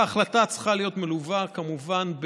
וההחלטה צריכה להיות מלווה כמובן,